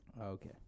Okay